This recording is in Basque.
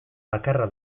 bakarra